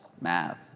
math